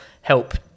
help